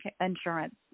insurance